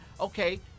Okay